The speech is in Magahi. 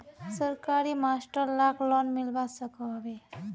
सरकारी मास्टर लाक लोन मिलवा सकोहो होबे?